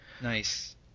Nice